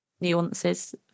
nuances